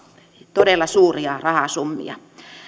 todella suuria rahasummia